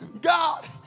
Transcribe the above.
God